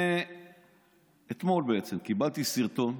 אתמול קיבלתי סרטון,